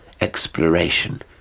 exploration